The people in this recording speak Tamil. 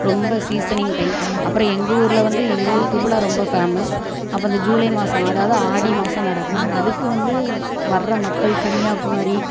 ரொம்ப சீசனிங் டைம் அப்புறம் எங்கள் ஊரில் வந்து எங்கள் ஊர் திருவிழா ரொம்ப ஃபேமஸ் அப்போ அந்த ஜூலை மாதம் அதாவது ஆடி மாதம் நடக்கும் அதுக்கு வந்து வர்ற மக்கள் கன்னியாகுமரி